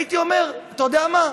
הייתי אומר: אתה יודע מה?